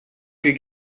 could